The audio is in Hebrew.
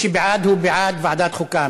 ההצעה להעביר את הנושא לוועדת החוקה,